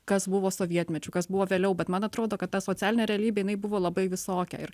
kas buvo sovietmečiu kas buvo vėliau bet man atrodo kad ta socialinė realybė jinai buvo labai visokia ir